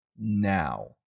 Now